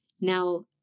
Now